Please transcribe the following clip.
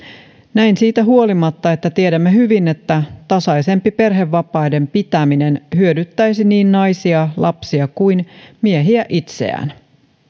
näin siitä huolimatta että tiedämme hyvin että tasaisempi perhevapaiden pitäminen hyödyttäisi niin naisia lapsia kuin miehiä itseään